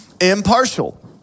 impartial